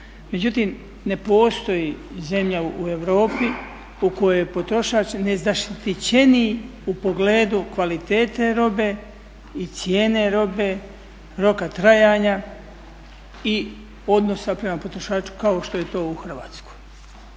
Međutim ne postoji zemlja u Europi u kojoj potrošač nezaštićeniji u pogledu kvalitete robe i cijene robe, roka trajanja i odnosa prema potrošaču kao što je to u Hrvatskoj.